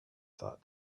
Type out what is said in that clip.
thought